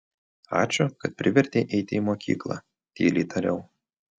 ačiū kad privertei eiti į mokyklą tyliai tariau